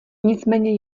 nicméně